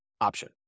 option